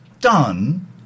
done